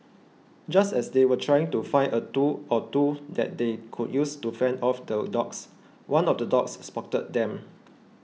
just as they were trying to find a tool or two that they could use to fend off the dogs one of the dogs spotted them